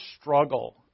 struggle